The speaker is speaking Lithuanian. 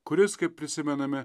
kuris kaip prisimename